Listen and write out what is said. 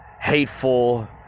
hateful